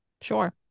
Sure